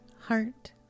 heart